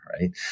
right